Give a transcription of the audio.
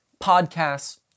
podcasts